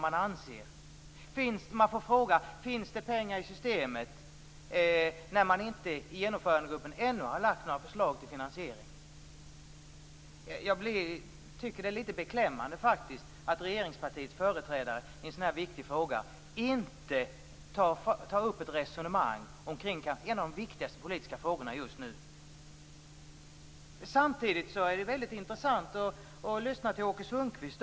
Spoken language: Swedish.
Hon fick frågan om det finns pengar i systemet när genomförandegruppen ännu inte har lagt några förslag till finansiering. Jag tycker att det är litet beklämmande att regeringspartiets företrädare inte tar upp ett resonemang kring en av de viktigaste politiska frågorna just nu. Samtidigt är det mycket intressant att lyssna till Åke Sundqvist.